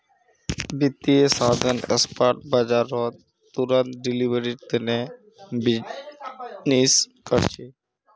वित्तीय साधन स्पॉट बाजारत तुरंत डिलीवरीर तने बीजनिस् कर छे